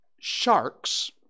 sharks